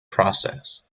process